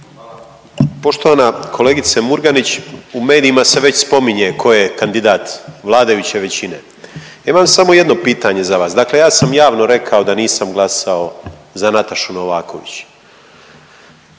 Poštovana kolegice Murganić. U medijima se već spominje tko je kandidat vladajuće većine. Ja imam samo jedno pitanja za vas, dakle ja sam javno rekao da nisam glasao za Natašu Novaković.